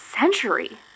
century